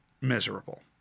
miserable